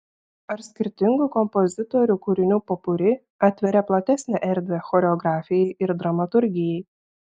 ar skirtingų kompozitorių kūrinių popuri atveria platesnę erdvę choreografijai ir dramaturgijai